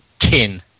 Kin